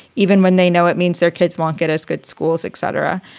even when they know it means their kids won't get as good schools, etc.